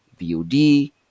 VOD